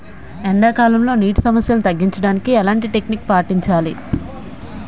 ఎండా కాలంలో, నీటి సమస్యలను తగ్గించడానికి ఎలాంటి టెక్నిక్ పాటించాలి?